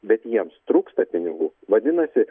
bet jiems trūksta pinigų vadinasi